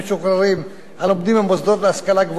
הלומדים במוסדות להשכלה גבוהה באזורי סיוע,